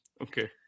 Okay